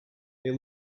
they